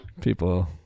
People